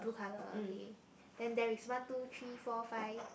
blue colour okay then there is one two three four five